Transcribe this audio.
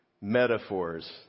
metaphors